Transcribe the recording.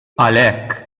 għalhekk